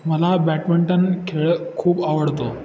मला बॅडमिंटन खेळ खूप आवडतो